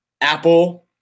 apple